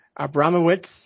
Abramowitz